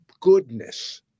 goodness